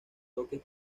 toques